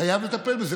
חייב לטפל בזה.